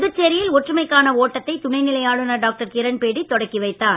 புதுச்சேரியில் ஒற்றுமைக்கான ஓட்டத்தை துணைநிலை ஆளுநர் டாக்டர் கிரண்பேடி தொடங்கி வைத்தார்